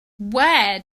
where